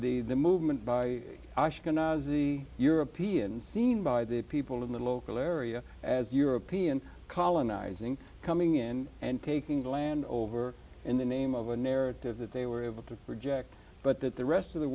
the the movement by ashkenazi europeans seen by the people in the local area as european colonizing coming in and taking the land over in the name of a narrative that they were able to project but that the rest of the